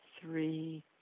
three